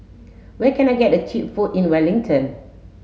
where can I get cheap food in Wellington